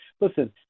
listen